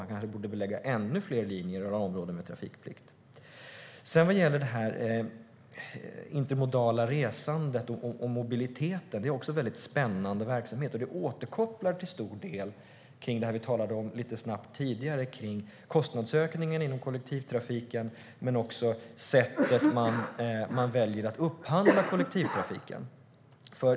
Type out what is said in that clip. Man kanske borde förlägga ännu fler linjer i områden med trafikplikt. Det intermodala resandet och mobiliteten är en väldigt spännande verksamhet. Den återkopplar till stor del till det vi lite snabbt talade om tidigare, nämligen kostnadsökningen inom kollektivtrafiken men också sättet man väljer att upphandla kollektivtrafiken.